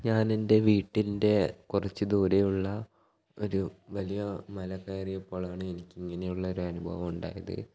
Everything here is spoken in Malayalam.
ഞാൻ എൻ്റെ വീട്ടിൻ്റെ കുറച്ച് ദൂരെയുള്ള ഒരു വലിയ മല മലകയറിയപ്പോളാണ് എനിക്ക് ഇങ്ങനെയുള്ള ഒരു അനുഭവം ഉണ്ടായത്